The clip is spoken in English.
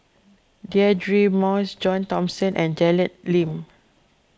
Deirdre Moss John Thomson and Janet Lim